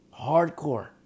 Hardcore